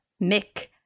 Mick